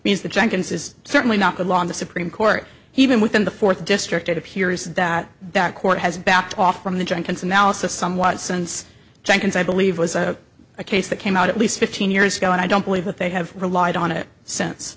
means that jenkins is certainly not the law in the supreme court even within the fourth district it appears that that court has backed off from the jenkins analysis somewhat since jenkins i believe was a case that came out at least fifteen years ago and i don't believe that they have relied on it since